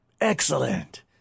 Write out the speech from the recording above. excellent